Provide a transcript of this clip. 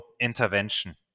intervention